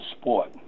sport